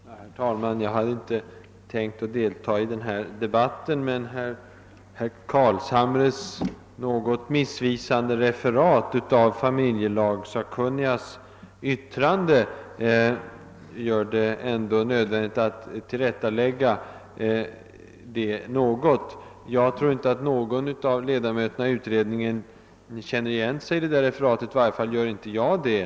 Herr talman! Jag hade inte tänkt delta i denna debatt, men herr Carlshamres något missvisande referat av familjelagssakkunnigas yttrande gör det nödvändigt med ett tillrättaläggande. Jag tror inte att någon av ledamöterna av utredningen känner igen sig i referatet — i varje fall gör inte jag det.